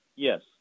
Yes